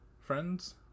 friends